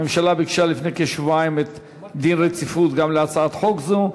הממשלה ביקשה לפני כשבועיים להחיל דין רציפות גם על הצעת חוק זו.